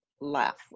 Laugh